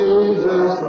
Jesus